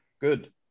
Good